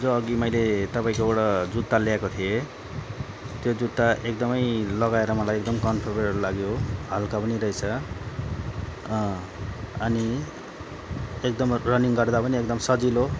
र अघि मैले तपाईँकोबाट जुत्ता ल्याएको थिएँ त्यो जुत्ता एकदमै लगाएर मलाई एकदमै कमफोर्टेबल लाग्यो हल्का पनि रहेछ अनि एकदमै रनिङ गर्दा पनि एकदम सजिलो